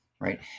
Right